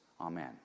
Amen